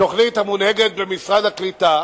תוכנית המונהגת במשרד הקליטה